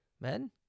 Men